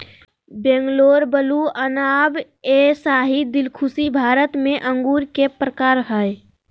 Bangalore blue, Anab e Shahi, Dilkhushi Bharat में अंगूर के प्रकार हय